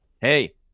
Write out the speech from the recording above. hey